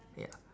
ya